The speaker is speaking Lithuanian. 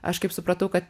aš kaip supratau kad